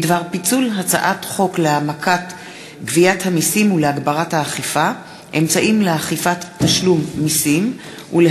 תמר זנדברג, מכלוף מיקי זוהר, אלי כהן, איתן